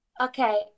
okay